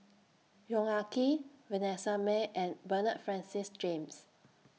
Yong Ah Kee Vanessa Mae and Bernard Francis James